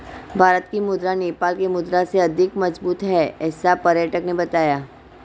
भारत की मुद्रा नेपाल के मुद्रा से अधिक मजबूत है ऐसा पर्यटक ने बताया